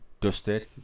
dusted